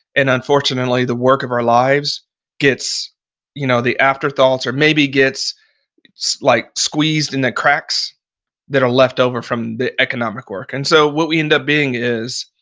and unfortunately, the work of our lives gets you know the afterthoughts or maybe gets like squeezed in the cracks that are left over from the economic work. and so, what we ended up being is,